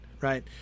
right